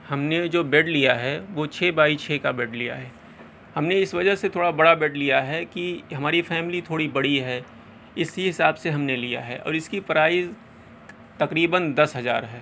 ہم نے جو بیڈ لیا ہے وہ چھ بائی چھ کا بیڈ لیا ہے ہم نے اس وجہ سے تھوڑا بڑا بیڈ لیا ہے کہ ہماری فیملی تھوڑی بڑی ہے اسی حساب سے ہم نے لیا ہے اور اس کی پرائز تقریباً دس ہزار ہے